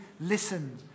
listen